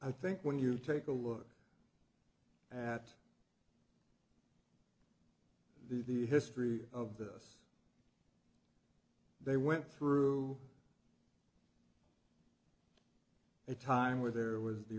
i think when you take a look at the history of this they went through a time where there was the